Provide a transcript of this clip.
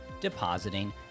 depositing